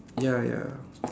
ya ya